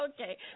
Okay